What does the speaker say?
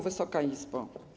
Wysoka Izbo!